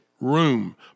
room